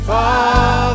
Father